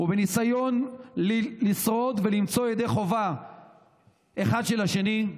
ובניסיון לשרוד ולמצוא חובה אחד אצל השני,